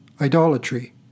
idolatry